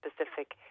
specific